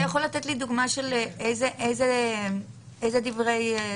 אתה יכול לתת לי דוגמה איזה דברי דואר?